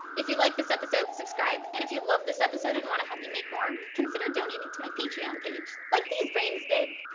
if you like this episode. subscribe. and if you love this episode and want to help me make more. consider donating to my patreon page. like these brains did.